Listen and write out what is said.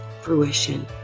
fruition